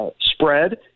spread